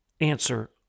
answer